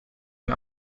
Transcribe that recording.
and